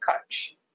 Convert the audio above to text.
coach